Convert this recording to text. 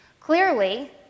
Clearly